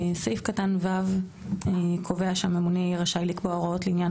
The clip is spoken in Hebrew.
סעיף קטן (ו) קובע שהממונה יהיה רשאי לקבוע הוראות לעניין